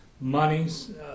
monies